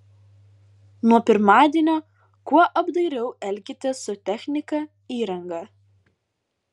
nuo pirmadienio kuo apdairiau elkitės su technika įranga